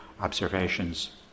observations